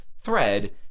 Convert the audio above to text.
thread